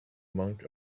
monk